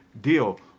deal